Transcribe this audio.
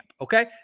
Okay